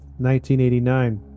1989